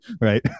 Right